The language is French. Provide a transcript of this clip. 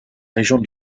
région